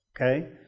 Okay